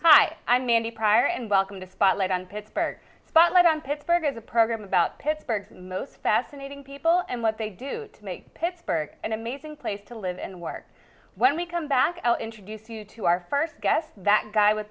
hi i'm mandy pryor and welcome to spotlight on pittsburgh spotlight on pittsburgh is a program about pittsburgh most fascinating people and what they do to make pittsburgh an amazing place to live and work when we come back i'll introduce you to our first guest that guy with